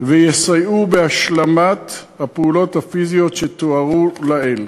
ויסייעו בהשלמת הפעולות הפיזיות שתוארו לעיל.